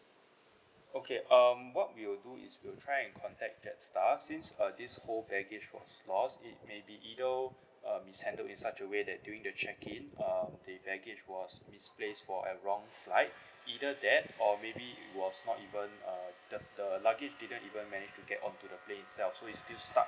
okay um what we'll do is we'll try and contact jetstar since uh this whole baggage was lost it maybe either uh mishandled in such a way that during the check in uh the baggage was misplaced for a wrong flight either that or maybe it was not even uh the the luggage didn't even managed to get onto the plane itself so it's still stuck